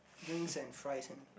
drinks and fries